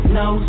no